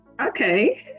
okay